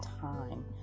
time